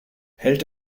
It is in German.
hält